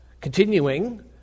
Continuing